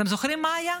אתם זוכרים מה היה?